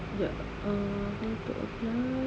jap ah how to apply